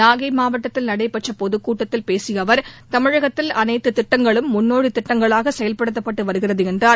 நாகைமாவட்டத்தில் நடைபெற்றபொதுக்கூட்டத்தில் பேசியஅவர் தமிழகத்தில் அனைத்துதிட்டங்களும் முன்னோடிதிட்டங்களாகசெயல்படுத்தப்பட்டுவருகிறதுஎன்றார்